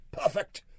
Perfect